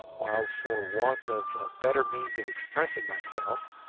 while, for want of a better means of expressing myself,